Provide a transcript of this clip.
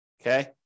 Okay